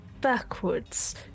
backwards